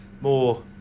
more